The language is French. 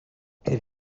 elle